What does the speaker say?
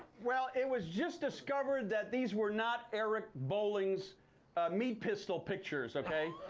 well, it was just discovered that these were not eric bolling's meat pistol pictures, ok.